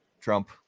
Trump